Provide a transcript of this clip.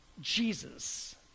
Jesus